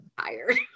tired